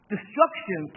Destruction